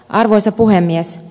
arvoisa puhemies